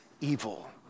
evil